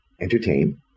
entertain